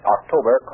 October